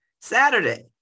Saturday